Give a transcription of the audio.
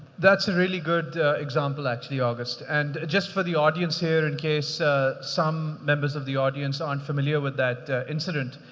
that's a really good example, actually, august. and just for the audience here, in case some members of the audience aren't familiar with that incident,